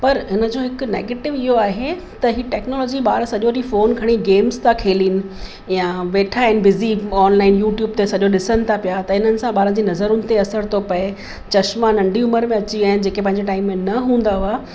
पर हिन जो हिकु नेगेटिव इहो आहे त हीउ टेक्नोलॉजी ॿार सॼो ॾींहुं फ़ोन खणी गेम्स था खेलीनि या वेठा आहिनि बिज़ी ऑनलाइन यूट्यूब ते सॼो ॾिसनि था पिया त इन्हनि सां ॿारनि जी नज़रुनि ते असर थो पए चश्मा नंढी उमिरि में अची विया आहिनि जेके पंहिंजे टाइम में न हूंदा हुवा